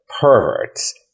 perverts